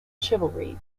chivalry